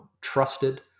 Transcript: trusted